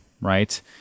right